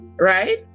Right